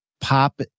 pop